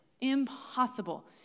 impossible